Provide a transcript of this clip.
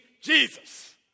Jesus